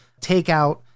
takeout